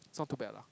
it's not too bad lah